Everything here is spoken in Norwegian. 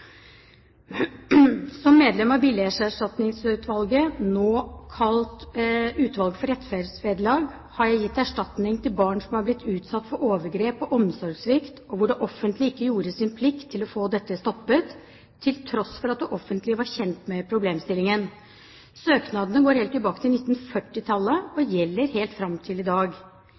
Som medlem av Billighetserstatningsutvalget, nå kalt Stortingets utvalg for rettferdsvederlag, har jeg vært med på å gi erstatning til barn som har blitt utsatt for overgrep og omsorgssvikt, og hvor det offentlige ikke gjorde sin plikt til å få dette stoppet, til tross for at man var kjent med problemstillingen. Søknadene går helt tilbake til 1940-tallet og gjelder helt fram til i dag.